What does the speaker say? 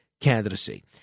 candidacy